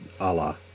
ALLAH